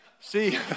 See